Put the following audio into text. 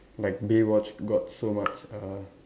like Baywatch got so much uh